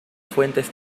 fuentes